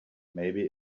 maybe